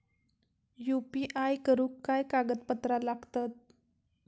UPI करुक काय कागदपत्रा लागतत?